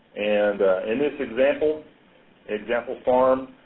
and in this example example farm,